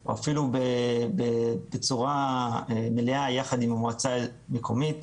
או אפילו בצורה מלאה יחד עם המועצה המקומית.